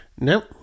Nope